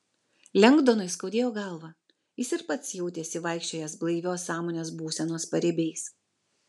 lengdonui skaudėjo galvą jis ir pats jautėsi vaikščiojąs blaivios sąmonės būsenos paribiais